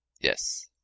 Yes